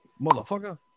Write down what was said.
motherfucker